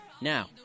Now